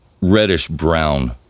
reddish-brown